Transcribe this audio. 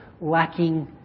lacking